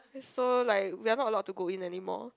so like we're not allowed to go in anymore